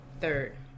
third